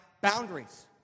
boundaries